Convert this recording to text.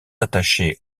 attachées